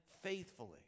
faithfully